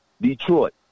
Detroit